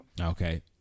Okay